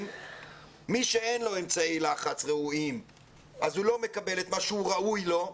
מי שאין לו אמצעי לחץ ראויים לא מקבל את מה שהוא ראוי לו,